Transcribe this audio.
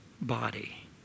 body